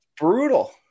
brutal